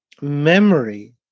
memory